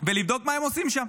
ולבדוק מה הם עושים שם.